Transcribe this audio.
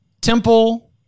temple